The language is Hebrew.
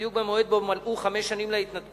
בדיוק במועד שבו מלאו חמש שנים להתנתקות.